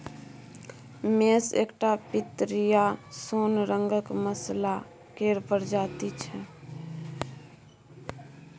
मेस एकटा पितरिया सोन रंगक मसल्ला केर प्रजाति छै